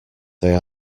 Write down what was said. they